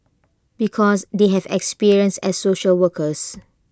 because they have experience as social workers